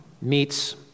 meets